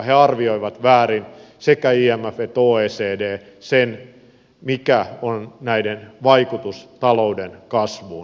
ne arvioivat väärin sekä imf että oecd sen mikä on näiden vaikutus talouden kasvuun